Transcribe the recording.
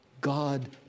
God